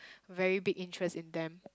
very big interest in them